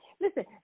Listen